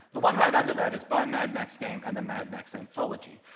the one right under that is buy mad max game and the mad max anthology,